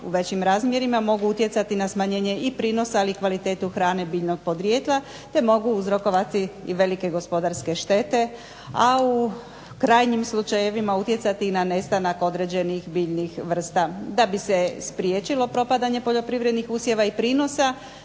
u većim razmjerima mogu utjecati na smanjenje i prinosa, ali i kvalitetu hrane biljnog podrijetla, te mogu uzrokovati i velike gospodarske štete, a u krajnjim slučajevima utjecati i na nestanak određenih biljnih vrsta. Da bi se spriječilo propadanje poljoprivrednih usjeva i prinosa,